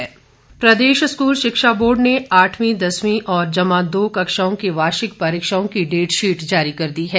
परीक्षाएं प्रदेश स्कूल शिक्षा बोर्ड ने आठवीं दसवीं और जमा दो कक्षाओं की वार्षिक परीक्षाओं की डेटशीट जारी कर दी है